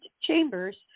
chambers